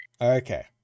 Okay